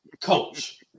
coach